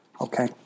Okay